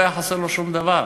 לא היה חסר לו שום דבר,